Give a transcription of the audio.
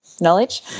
knowledge